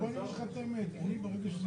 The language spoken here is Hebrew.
תבינו דבר אחד,